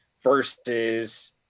versus